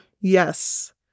Yes